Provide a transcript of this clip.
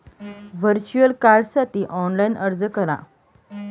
virtual कार्डसाठी online अर्ज करा